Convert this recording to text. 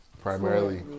primarily